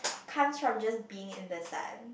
comes from just being in the sun